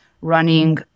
running